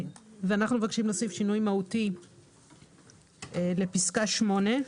אנחנו מבקשים להוסיף שינוי מהותי בפסקה (8),